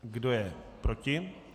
Kdo je proti?